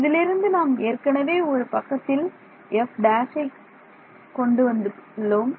இதிலிருந்து நாம் ஏற்கனவே ஒரு பக்கத்தில் f′ கொண்டு வந்துள்ளோம்